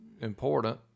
important